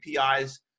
APIs